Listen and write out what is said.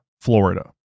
Florida